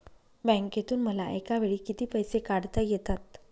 बँकेतून मला एकावेळी किती पैसे काढता येतात?